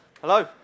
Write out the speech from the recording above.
Hello